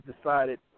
decided